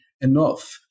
enough